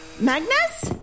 Magnus